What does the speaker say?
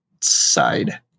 side